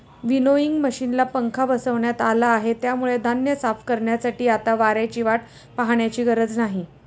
winnowing मशिनला पंखा बसवण्यात आला आहे, त्यामुळे धान्य साफ करण्यासाठी आता वाऱ्याची वाट पाहण्याची गरज नाही